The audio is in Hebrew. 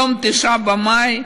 יום 9 במאי,